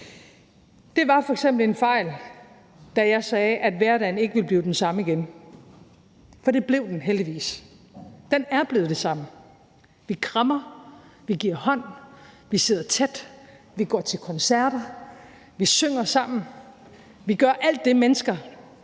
Det var f.eks. en fejl, da jeg sagde, at hverdagen ikke ville blive den samme igen, for det blev den heldigvis. Den er blevet den samme. Vi krammer, vi giver hånd, vi sidder tæt, vi går til koncerter, vi synger sammen, og vi gør alt det, mennesker